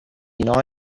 now